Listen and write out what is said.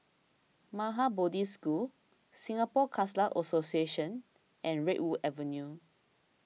Maha Bodhi School Singapore Khalsa Association and Redwood Avenue